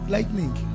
Lightning